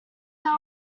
they